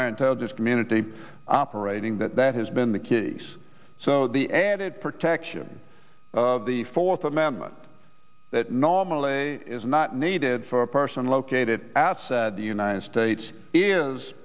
our intelligence community operating that that has been the case so the added protect action the fourth amendment that normally is not needed for a person located outside the united states is